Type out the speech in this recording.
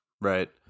Right